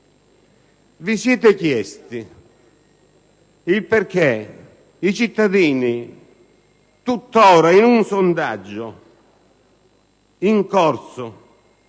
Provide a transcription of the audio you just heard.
Vi siete chiesti perché i cittadini, tuttora, in un sondaggio in corso,